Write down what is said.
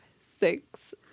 six